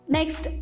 Next